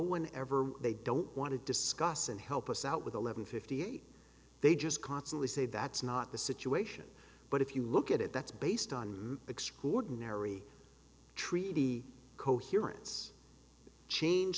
when ever they don't want to discuss and help us out with eleven fifty eight they just constantly say that's not the situation but if you look at it that's based on extraordinary treaty c